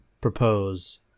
propose